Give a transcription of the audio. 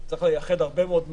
צריך לייחד הרבה מאוד מאמץ,